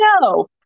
No